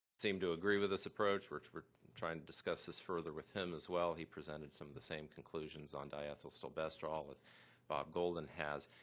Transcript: seemed to agree with this approach, which we're trying to discuss this further with him as well. he presented some of the same conclusions on diethylstilbestrol as bob golden has.